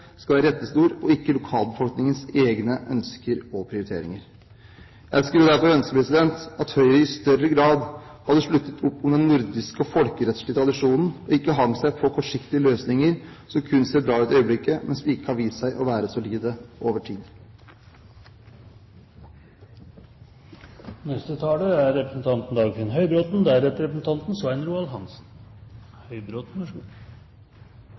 skal være rettesnor, og ikke lokalbefolkningens egne ønsker og prioriteringer. Jeg skulle derfor ønske at Høyre i større grad hadde sluttet opp om den nordiske og folkerettslige tradisjonen og ikke hengte seg på kortsiktige løsninger som kun ser bra ut i øyeblikket, men som ikke har vist seg å være solide over tid. Et sterkt FN er